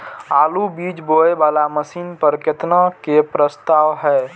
आलु बीज बोये वाला मशीन पर केतना के प्रस्ताव हय?